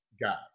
guys